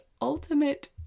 ultimate